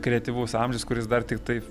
kreatyvus amžius kuris dar tiktai